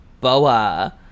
Boa